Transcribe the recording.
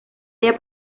halla